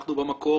אנחנו ב'המקור'